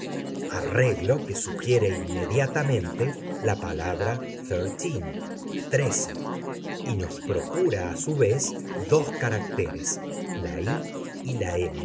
la palabra thirteen trece y nos procura a su vez dos caracteres la i y la